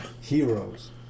heroes